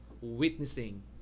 witnessing